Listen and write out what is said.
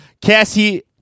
Cassie